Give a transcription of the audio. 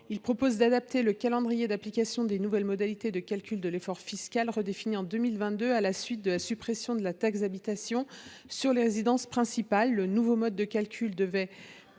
Il vise à adapter le calendrier d’application des nouvelles modalités de calcul de l’effort fiscal, redéfinies en 2022 à la suite de la suppression de la taxe d’habitation sur les résidences principales. Le nouveau mode de calcul devait